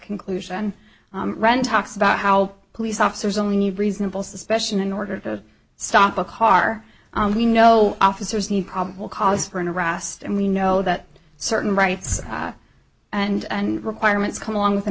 conclusion ren talks about how police officers only need reasonable suspicion in order to stop a car we know officers need probable cause for an arrest and we know that certain rights and requirements come along with an